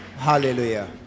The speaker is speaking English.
Hallelujah